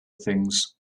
things